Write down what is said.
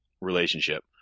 relationship